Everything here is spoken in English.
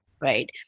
right